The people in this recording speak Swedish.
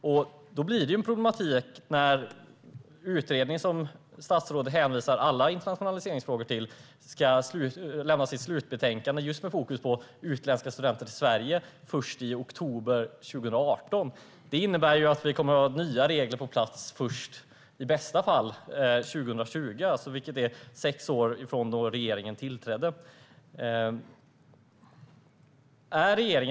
Det blir en problematik när utredningen, som statsrådet hänvisar alla internationaliseringsfrågor till, ska lämna sitt slutbetänkande, med fokus på utländska studenter i Sverige, först i oktober 2018. Det innebär att vi kommer att ha nya regler på plats i bästa fall 2020, vilket är sex år efter att regeringen tillträdde.